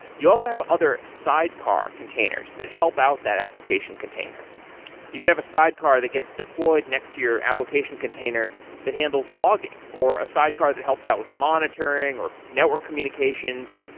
you also have other sidecar containers that help out that application container you can have a sidecar that gets deployed next to your application container that handles logging, or a sidecar that helps out with monitoring, or network communications.